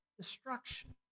destruction